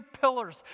pillars